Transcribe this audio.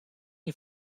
you